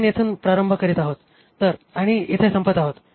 आपण येथून प्रारंभ करीत आहोत आणि येथे संपत आहोत